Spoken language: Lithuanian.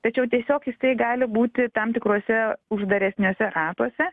tačiau tiesiog jisai gali būti tam tikrose uždaresniuose ratuose